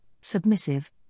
submissive